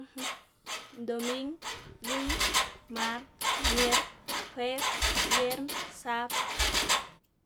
ndoming, lunx, mart, mierk, juebs, biern, sabad.